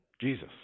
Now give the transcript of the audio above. Jesus